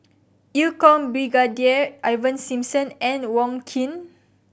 Eu Kong Brigadier Ivan Simson and Wong Keen